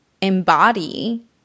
embody